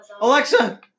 Alexa